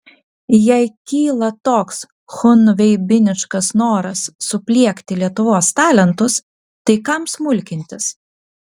jei kyla toks chunveibiniškas noras supliekti lietuvos talentus tai kam smulkintis